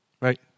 right